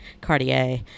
Cartier